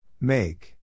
Make